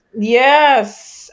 Yes